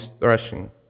threshing